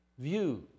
views